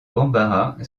bambara